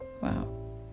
Wow